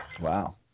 Wow